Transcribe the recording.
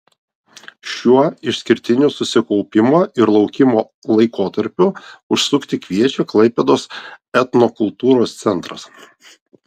šiuo išskirtiniu susikaupimo ir laukimo laikotarpiu užsukti kviečia klaipėdos etnokultūros centras